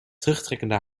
terugtrekkende